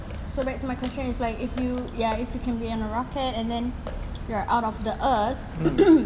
so back to my question it's like if you ya if it can be in a rocket and then you're out of the earth